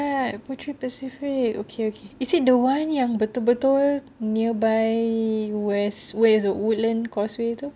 right putri pacific okay okay is it the one yang betul-betul nearby where's where's the woodlands causeway itu